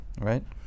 Right